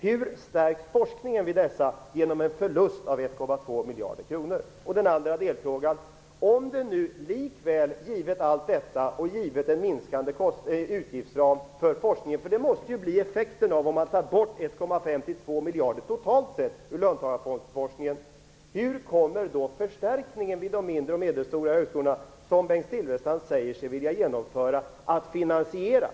Hur stärks forskningen vid dessa genom en förlust av 1,2 miljarder kronor? Den andra delfrågan var: Givet allt detta och en minskande utgiftsram för forskningen - det måste ju bli effekten av att ta bort 1,2 miljarder totalt sett från löntagarfondsforskningen - hur kommer då den förstärkning vid de mindre och medelstora högskolorna som Bengt Silfverstrand säger sig vilja genomföra att finansieras?